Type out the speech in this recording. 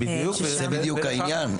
זה בדיוק העניין,